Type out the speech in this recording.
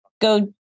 Go